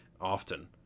often